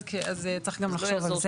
אז צריך גם לחשוב על זה.